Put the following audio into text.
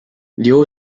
dio